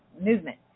movement